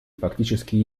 фактически